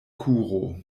kuro